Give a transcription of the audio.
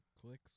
Clicks